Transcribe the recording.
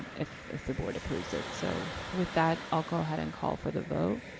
if if the board approves it. so, with that i'll go ahead and call for the vote.